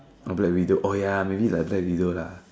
no Black-Widow oh ya maybe like Black-Widow lah